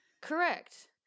Correct